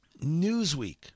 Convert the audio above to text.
Newsweek